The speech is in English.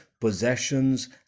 possessions